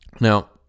Now